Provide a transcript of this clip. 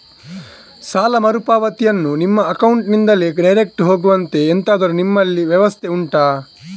ಸಾಲ ಮರುಪಾವತಿಯನ್ನು ನಮ್ಮ ಅಕೌಂಟ್ ನಿಂದಲೇ ಡೈರೆಕ್ಟ್ ಹೋಗುವಂತೆ ಎಂತಾದರು ನಿಮ್ಮಲ್ಲಿ ವ್ಯವಸ್ಥೆ ಉಂಟಾ